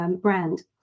brand